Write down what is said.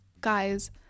guys